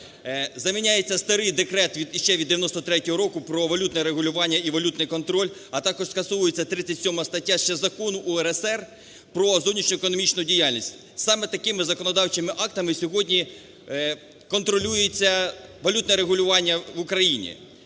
Заміняється старий декрет ще від 93-го року про валютне регулювання і валютний контроль, а також скасовується 37 стаття ще Закону УРСР "Про зовнішньоекономічну діяльність". Саме такими законодавчими актами сьогодні контролюється валютне регулювання в Україні.